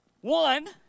one